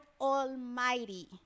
Almighty